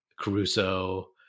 Caruso